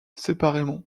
séparément